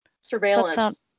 Surveillance